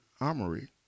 Armory